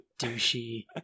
douchey